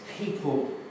people